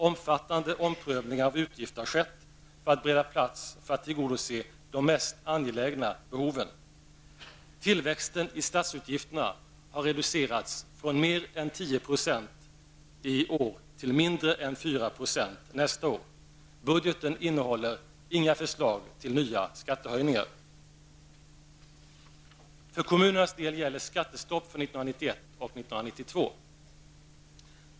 Omfattande omprövningar av utgifter har skett för att bereda plats för att tillgodose de mest angelägna behoven. Tillväxten i statsutgifterna har reducerats från mer än 10 % i år till mindre än 4 % nästa år. Budgeten innehåller inga förslag till nya skattehöjningar. och 1992.